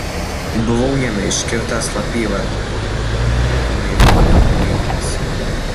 buvau jame iškirtęs slapyvardį maironio ainis